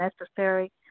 necessary